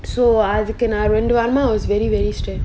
so அதுக்கு நா ரெண்டு வாரமா:athukku na rendu varama was very very stress